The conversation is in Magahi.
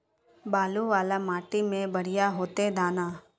बालू वाला माटी में बढ़िया होते दाना?